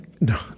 No